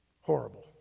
Horrible